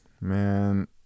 Man